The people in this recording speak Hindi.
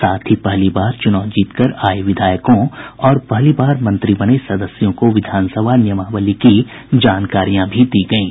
साथ ही पहली बार चुनाव जीतकर आये विधायकों और पहली बार मंत्री बने सदस्यों को विधानसभा नियमावली की जानकारियां भी दी गयीं